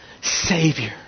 Savior